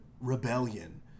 Rebellion